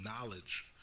knowledge